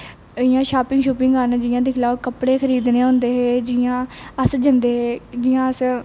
इयां shopping shopping करनी ऐ दिक्खी लो कपडे़ खरिदने होंदे है जियां अस जंदे हे जियां अस